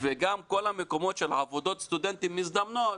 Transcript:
וגם כל המקומות של עבודות סטודנטים מזדמנות